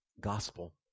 Gospel